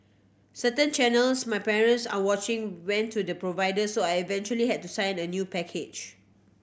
certain channels my parents are watching went to the providers so I eventually had to sign a new package